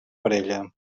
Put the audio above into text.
parella